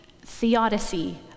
theodicy